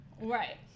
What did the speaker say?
Right